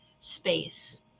space